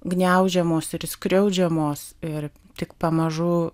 gniaužiamos ir skriaudžiamos ir tik pamažu